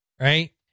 Right